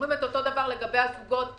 אומרים את אותו דבר לגבי הסטודנטים.